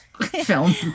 film